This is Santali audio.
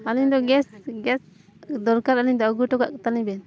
ᱟᱹᱞᱤᱧ ᱫᱚ ᱜᱮᱥ ᱜᱮᱥ ᱫᱚᱨᱠᱟᱨ ᱟᱹᱞᱤᱧ ᱫᱚ ᱟᱹᱜᱩ ᱦᱚᱴᱚ ᱠᱟᱜ ᱛᱟᱞᱤᱧ ᱵᱮᱱ